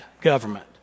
government